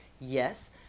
Yes